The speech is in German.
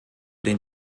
den